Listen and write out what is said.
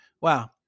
wow